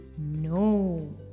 No